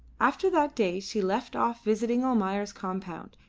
after that day she left off visiting almayer's compound,